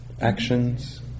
actions